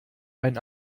ein